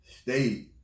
stay